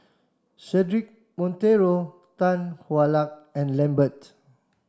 Cedric Monteiro Tan Hwa Luck and Lambert